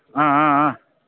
ಹಾಂ ಹಾಂ ಹಾಂ